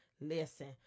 listen